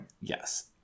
yes